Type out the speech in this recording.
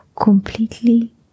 completely